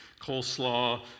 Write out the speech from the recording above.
coleslaw